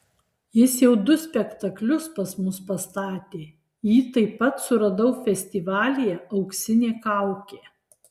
jis jau du spektaklius pas mus pastatė jį taip pat suradau festivalyje auksinė kaukė